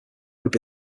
would